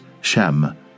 Shem